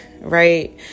right